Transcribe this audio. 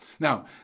Now